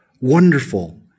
wonderful